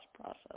process